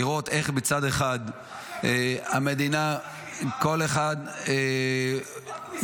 לראות איך בצד אחד המדינה עם כל אחד --- רק לקחתם כסף מהאזרחים,